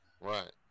Right